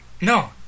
No